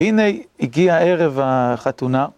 הנה הגיע ערב החתונה.